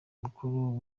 mukuru